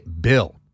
Bill